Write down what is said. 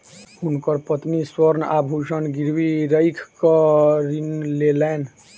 हुनकर पत्नी स्वर्ण आभूषण गिरवी राइख कअ ऋण लेलैन